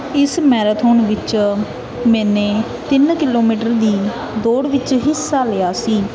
ਇਸ ਮੈਰਾਥੋਨ ਵਿੱਚ ਮੈਨੇ ਤਿੰਨ ਕਿਲੋਮੀਟਰ ਦੀ ਦੌੜ ਵਿੱਚ ਹਿੱਸਾ ਲਿਆ ਸੀ